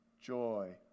joy